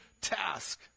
task